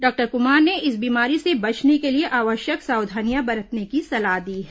doctor Kumar ने इस बीमारी से बचने के लिए आवश्यक सावधानियां बरतने की सलाह दी हैं